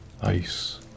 ice